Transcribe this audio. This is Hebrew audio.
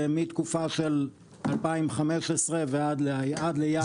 מהתקופה של 2015 ועד לינואר.